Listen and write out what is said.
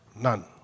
None